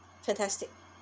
fantastic